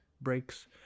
breaks